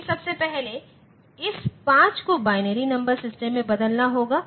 फिर सबसे पहले इस 5 को बाइनरी नंबर सिस्टम में बदलना होगा